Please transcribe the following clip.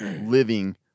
living